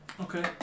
Okay